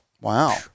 Wow